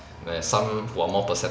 where some who are more perceptive